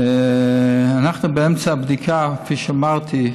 אנחנו באמצע בדיקה, כפי שאמרתי,